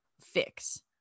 fix